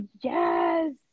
yes